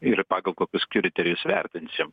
ir pagal kokius kriterijus vertinsim